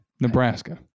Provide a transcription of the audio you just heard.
Nebraska